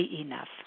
enough